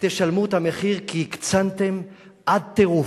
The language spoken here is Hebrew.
תשלמו את המחיר, כי הקצנתם עד טירוף.